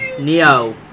Neo